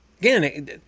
Again